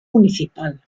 municipal